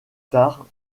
tard